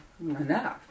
enough